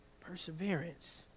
perseverance